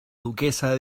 duquesa